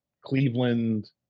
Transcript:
Cleveland